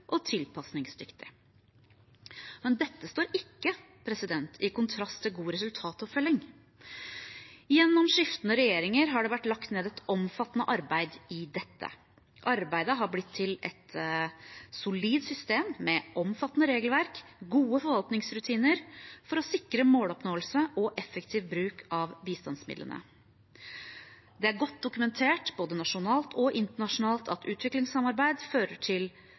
og tilpasningsdyktig. Dette står ikke i kontrast til god resultatoppfølging. Gjennom skiftende regjeringer har det vært lagt ned et omfattende arbeid i dette. Arbeidet har blitt til et solid system med omfattende regelverk og gode forvaltningsrutiner for å sikre måloppnåelse og effektiv bruk av bistandsmidlene. Det er godt dokumentert, nasjonalt og internasjonalt, at utviklingssamarbeid fører til